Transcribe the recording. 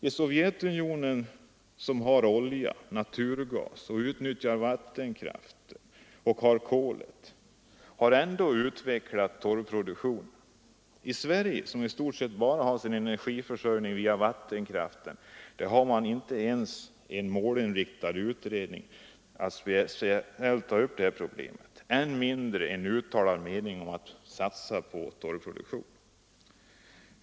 I Sovjetunionen, som har olja, naturgas och kol och dessutom utnyttjar vattenkraften, har man ändå utvecklat torvproduktionen. I Sverige, som i stort sett bara får sin energiförsörjning via vattenkraften, har man inte ens en målinriktad utredning med uppgift att speciellt ta upp detta problem, än mindre en uttalad mening att satsa på torvproduktion.